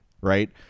right